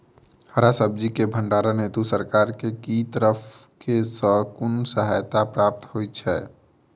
हरा सब्जी केँ भण्डारण हेतु सरकार की तरफ सँ कुन सहायता प्राप्त होइ छै?